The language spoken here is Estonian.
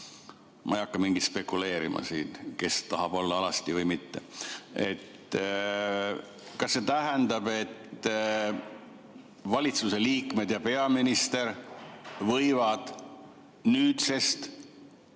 ma ei hakka spekuleerima siin, kes tahab olla alasti või mitte –, siis kas see tähendab, et valitsuse liikmed ja peaminister võivad nüüdsest